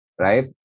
Right